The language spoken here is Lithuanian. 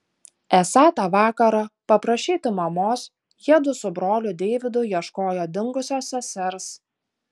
esą tą vakarą paprašyti mamos jiedu su broliu deividu ieškojo dingusios sesers